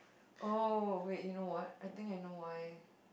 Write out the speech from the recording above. oh wait you know what I think I know why